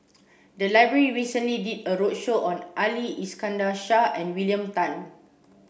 the library recently did a roadshow on Ali Iskandar Shah and William Tan